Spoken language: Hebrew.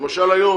למשל, היום,